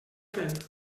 fent